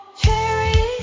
Cherry